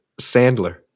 Sandler